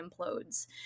implodes